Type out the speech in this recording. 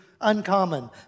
uncommon